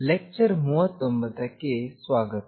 lecture 39 ಕ್ಕೆ ಸ್ವಾಗತ